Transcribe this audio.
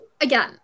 again